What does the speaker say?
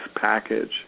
package